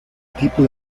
tipo